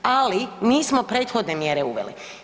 Ali nismo prethodne mjere uveli.